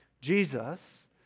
Jesus